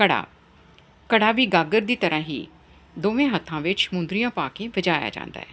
ਘੜਾ ਘੜਾ ਵੀ ਗਾਗਰ ਦੀ ਤਰ੍ਹਾਂ ਹੀ ਦੋਵੇਂ ਹੱਥਾਂ ਵਿੱਚ ਮੁੰਦਰੀਆਂ ਪਾ ਕੇ ਵਜਾਇਆ ਜਾਂਦਾ ਹੈ